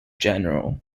general